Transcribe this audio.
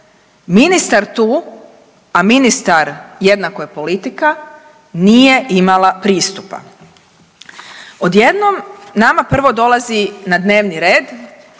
ministar tu, a ministar jednako je politika nije imala pristupa. Odjednom nama prvo dolazi na dnevni red